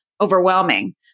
overwhelming